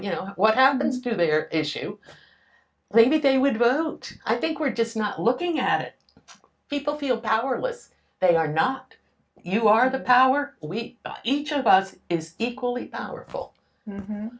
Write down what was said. you know what happens to their issue maybe they would vote i think we're just not looking at people feel powerless they are not you are the power we each of us is equally powerful